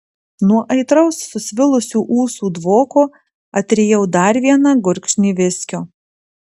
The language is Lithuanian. nuo aitraus susvilusių ūsų dvoko atrijau dar vieną gurkšnį viskio